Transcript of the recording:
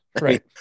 Right